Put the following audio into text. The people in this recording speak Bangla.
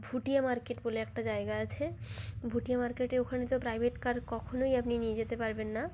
ভুটিয়া মার্কেট বলে একটা জায়গা আছে ভুটিয়া মার্কেটে ওখানে তো প্রাইভেট কার কখনোই আপনি নিয়ে যেতে পারবেন না